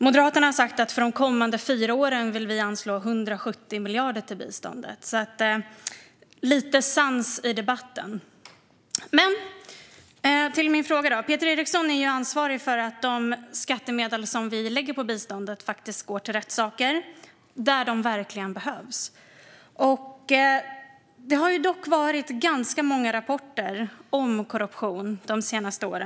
Moderaterna har sagt att för de kommande fyra åren vill vi anslå 170 miljarder till biståndet, så lite sans i debatten! Men åter till min fråga. Peter Eriksson är ju ansvarig för att de skattemedel som vi lägger på biståndet faktiskt går till rätt saker där det verkligen behövs. De senaste åren har det dock kommit ganska många rapporter om korruption.